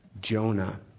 Jonah